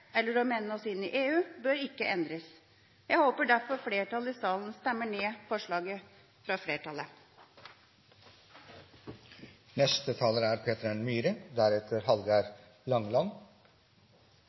eller å melde oss inn i EU, bør ikke endres. Jeg håper derfor flertallet i salen stemmer ned forslaget fra flertallet. Det er